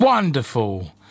Wonderful